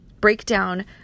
breakdown